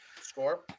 score